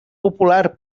popular